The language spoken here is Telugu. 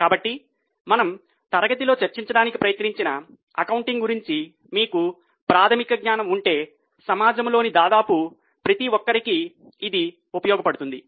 కాబట్టి మనము తరగతిలో చర్చించడానికి ప్రయత్నించిన అకౌంటింగ్ గురించి మీకు ప్రాథమిక జ్ఞానం ఉంటే సమాజంలోని దాదాపు ప్రతి ఒక్కరికీ ఇది ఉపయోగపడుతుంది